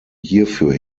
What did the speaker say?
hierfür